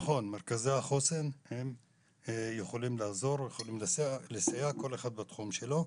מרכזי החוסן יכולים לעזור ולסייע כל אחד בתחום שלו.